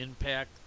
Impact